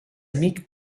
amic